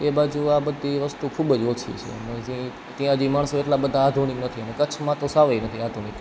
એ બાજુ આ બધી વસ્તુ ખૂબ જ ઓછી છે ને જે ત્યાં હજી માણસો એટલા બધા આધુનિક નથી ને કચ્છમાં તો સાવે નથી આધુનિક